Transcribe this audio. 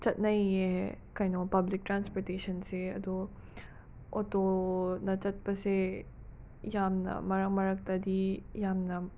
ꯆꯠꯅꯩꯌꯦ ꯀꯩꯅꯣ ꯄꯕ꯭ꯂꯤꯛ ꯇ꯭ꯔꯥꯟꯁꯄꯣꯔꯇꯦꯁꯟꯁꯦ ꯑꯗꯣ ꯑꯣꯇꯣꯅ ꯆꯠꯄꯁꯦ ꯌꯥꯝꯅ ꯃꯔꯛ ꯃꯔꯛꯇꯗꯤ ꯌꯥꯝꯅ